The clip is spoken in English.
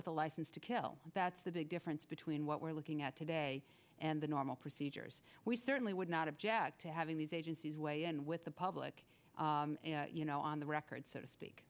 with a license to kill that's the big difference between what we're looking at today and the normal procedures we certainly would not object to having these agencies weigh in with the public you know on the record so to speak